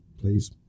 Please